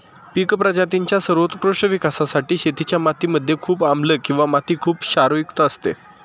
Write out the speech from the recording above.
पिक प्रजातींच्या सर्वोत्कृष्ट विकासासाठी शेतीच्या माती मध्ये खूप आम्लं किंवा माती खुप क्षारयुक्त असते